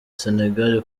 senegal